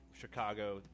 Chicago